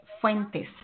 Fuentes